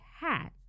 hat